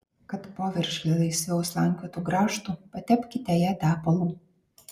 kad poveržlė laisviau slankiotų grąžtu patepkite ją tepalu